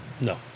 No